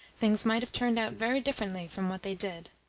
things might have turned out very differently from what they did.